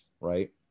Right